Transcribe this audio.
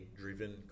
driven